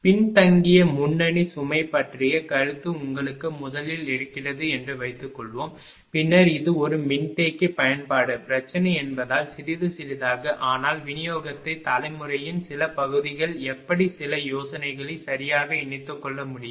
பின்தங்கிய முன்னணி சுமை பற்றிய கருத்து உங்களுக்கு முதலில் இருக்கிறது என்று வைத்துக்கொள்வோம் பின்னர் இது ஒரு மின்தேக்கி பயன்பாட்டு பிரச்சனை என்பதால் சிறிது சிறிதாக ஆனால் விநியோகத் தலைமுறையின் சில பகுதிகள் எப்படி சில யோசனைகளை சரியாக இணைத்துக்கொள்ள முடியும்